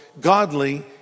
godly